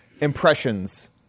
impressions